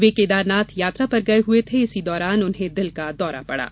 वे केदारनाथ यात्रा पर गये हए थे इसी दौरान उन्हें दिल का दौरा पड़ा था